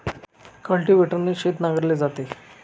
कल्टिव्हेटरने शेत नांगरले जाते